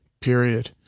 period